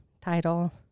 title